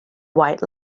white